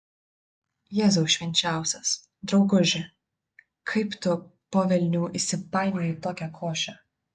jėzau švenčiausias drauguži kaip tu po velnių įsipainiojai į tokią košę